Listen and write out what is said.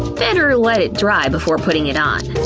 better let it dry before putting it on.